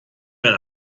dein